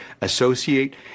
associate